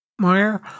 Meyer